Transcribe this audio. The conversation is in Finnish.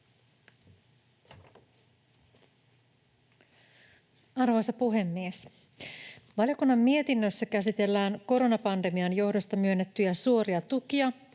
Arvoisa puhemies! Valiokunnan mietinnössä käsitellään koronapandemian johdosta myönnettyjä suoria tukia,